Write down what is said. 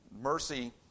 mercy